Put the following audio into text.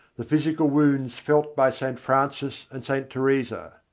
the physical wounds felt by st. francis and st. teresa.